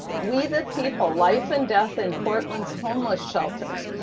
we the people life and death in portland's homeless shelters.